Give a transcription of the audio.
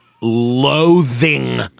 loathing